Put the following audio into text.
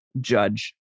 Judge